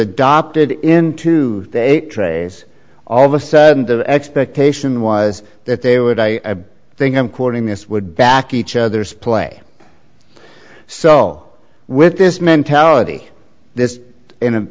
adopted into a trace all of a sudden the expectation was that they would i think i'm quoting this would back each other's play so with this mentality this in